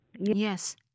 yes